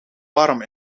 warm